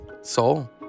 soul